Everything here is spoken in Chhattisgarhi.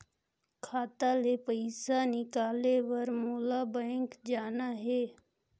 खाता ले पइसा निकाले बर मोला बैंक जाना हे?